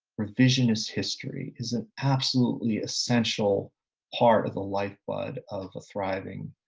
revisionist history is an absolutely essential part of the lifeblood of a thriving